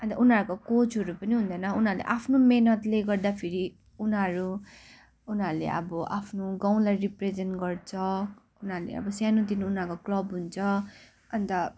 अन्त उनीहरूको कोचहरू पनि हुँदैन उनीहरूले आफ्नो मेहनतले गर्दा फेरि उनीहरू उनीहरूले अब आफ्नो गाउँलाई रिप्रेजेन्ट गर्छ उनीहरूले अब सानोतिनो उनीहरूको अब क्लबहरू हुन्छ अन्त